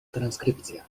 transkrypcja